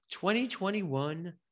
2021